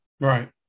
Right